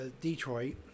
Detroit